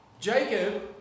Jacob